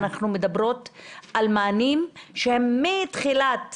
אנחנו מדברות על מענים שהם משלב